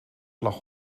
lag